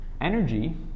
energy